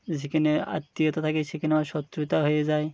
যেখানে আত্মীয়তা থাকে সেখানে আমার শত্রুতা হয়ে যায়